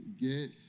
Get